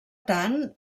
tant